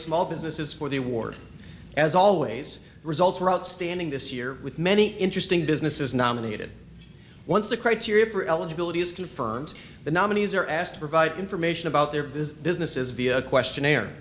small businesses for the award as always results are outstanding this year with many interesting businesses nominated once the criteria for eligibility is confirmed the nominees are asked to provide information about their business businesses via questionnaire